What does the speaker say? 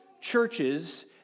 churches